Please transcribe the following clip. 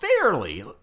fairly